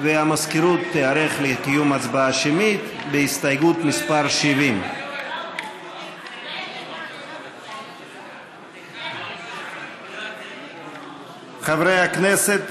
והמזכירות תיערך לקיום הצבעה שמית להסתייגות מס' 70. חברי הכנסת,